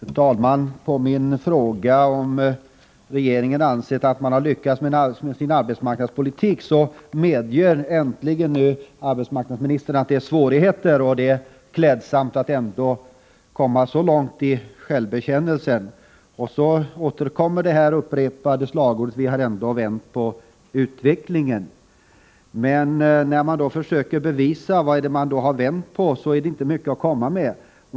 Fru talman! Med anledning av min fråga om regeringen anser att man lyckats med sin arbetsmarknadspolitik medger äntligen arbetsmarknadsministern att det är svårigheter. Det är klädsamt att man kommit så långt i självbekännelse. Men så upprepas slagordet: Vi har ändå vänt på utvecklingen. Men när man försöker bevisa vad man vänt på är det inte så mycket man kan komma med.